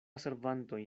servantoj